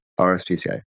RSPCA